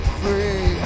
free